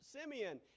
Simeon